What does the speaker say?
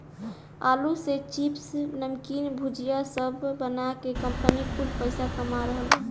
आलू से चिप्स, नमकीन, भुजिया सब बना के कंपनी कुल पईसा कमा रहल बा